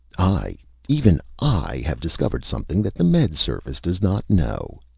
i. even i. have discovered something that the med service does not know!